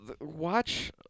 Watch